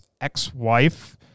ex-wife